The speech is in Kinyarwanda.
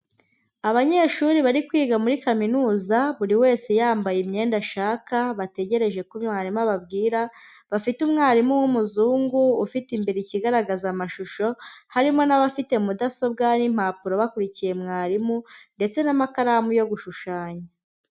Abanyeshuri bari kwiga muri kaminuza, buri wese yambaye imyenda ashaka, bategereje ko mwarimu ababwira, bafite umwarimu w'umuzungu, ufite imbere ikigaragaza amashusho, harimo n'abafite mudasobwa n'impapuro bakurikiye mwarimu, ndetse n'amakaramu yo gushushanya.